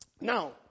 Now